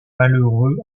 malheureux